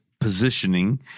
positioning